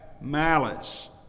malice